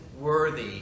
worthy